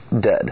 dead